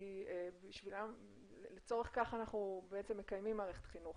כי לצורך כך אנחנו מקיימים מערכת חינוך,